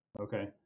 Okay